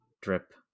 drip